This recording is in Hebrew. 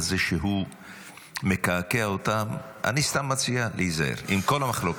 כשזה מקעקע אותם, אני מציע להיזהר, עם כל המחלוקת.